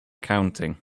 counting